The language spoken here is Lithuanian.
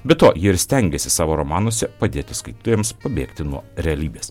be to ji ir stengiasi savo romanuose padėti skaitytojams pabėgti nuo realybės